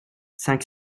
cinq